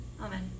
Amen